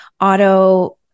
auto